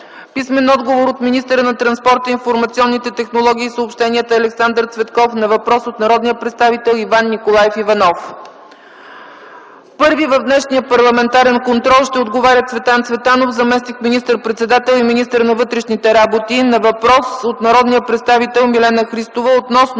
Иванов; - от министъра на транспорта, информационните технологии и съобщенията Александър Цветков на въпрос от народния представител Иван Николаев Иванов. Първи в днешния парламентарен контрол ще отговаря Цветан Цветанов – заместник министър-председател и министър на вътрешните работи на въпрос от народния представител Милена Христова относно